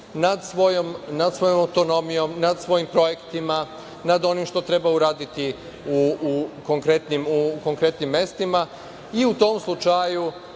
nad svojom autonomijom, nad svojim projektima, nad onim što treba uraditi u konkretnim mestima. I u tom slučaju